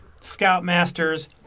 scoutmasters